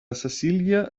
cecília